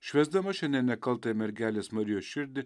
švęsdama šiandien nekaltąją mergelės marijos širdį